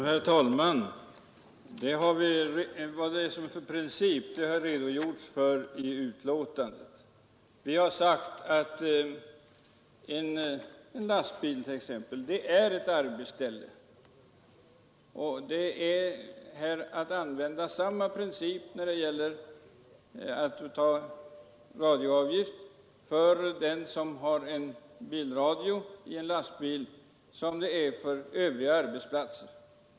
Herr talman! Vad det är för princip vi följer har vi redogjort för i betänkandet. Vi har sagt att t.ex. en lastbil är en arbetsplats, och därför skall samma princip tillämpas när det gäller ljudradioavgift för en bilradio i en lastbil som för en radio på övriga arbetsplatser.